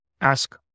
ask